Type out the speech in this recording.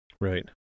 Right